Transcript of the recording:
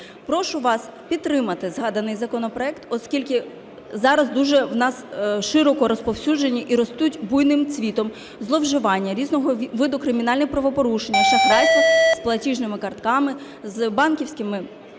Прошу вас підтримати згаданий законопроект, оскільки зараз дуже у нас широко розповсюджені і ростуть буйним цвітом зловживання різного виду кримінальних правопорушень, шахрайство з платіжними картками, з банківськими